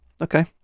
okay